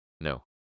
No